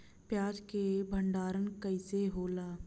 प्याज के भंडारन कइसे होला?